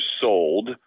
sold